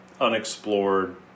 unexplored